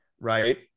Right